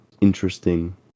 interesting